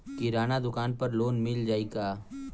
किराना दुकान पर लोन मिल जाई का?